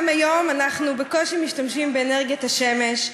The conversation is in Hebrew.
גם היום בקושי אנחנו משתמשים באנרגיית השמש.